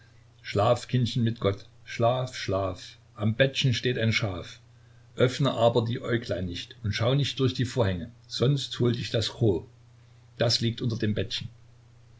schlaf kindchen mit gott schlaf schlaf am bettchen steht ein schaf öffne aber die äuglein nicht und schau nicht durch die vorhänge sonst holt dich das cho da liegt es unter dem bettchen